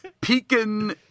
Pekin